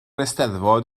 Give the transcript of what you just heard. eisteddfod